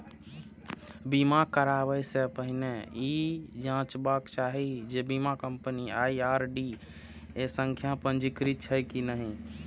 बीमा कराबै सं पहिने ई जांचबाक चाही जे बीमा कंपनी आई.आर.डी.ए सं पंजीकृत छैक की नहि